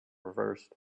reversed